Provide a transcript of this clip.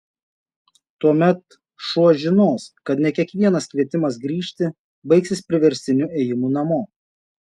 tuomet šuo žinos kad ne kiekvienas kvietimas grįžti baigsis priverstiniu ėjimu namo